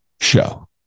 show